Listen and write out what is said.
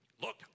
Look